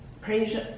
praise